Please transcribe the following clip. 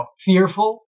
fearful